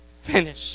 Finish